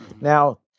Now